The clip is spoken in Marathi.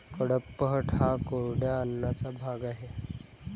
कडपह्नट हा कोरड्या अन्नाचा भाग आहे